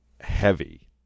heavy